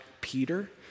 Peter